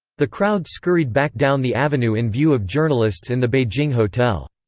the crowd scurried back down the avenue in view of journalists in the beijing hotel.